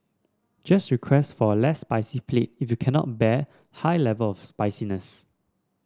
just request for a less spicy plate if you cannot bear high level of spiciness